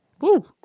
Woo